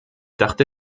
dachte